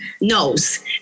knows